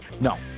No